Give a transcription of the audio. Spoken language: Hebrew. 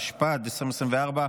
התשפ"ד 2024,